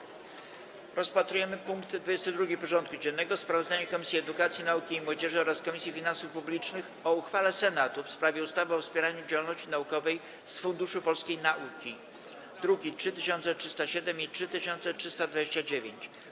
Przystępujemy do rozpatrzenia punktu 22. porządku dziennego: Sprawozdanie Komisji Edukacji, Nauki i Młodzieży oraz Komisji Finansów Publicznych o uchwale Senatu w sprawie ustawy o wspieraniu działalności naukowej z Funduszu Polskiej Nauki (druki nr 3307 i 3329)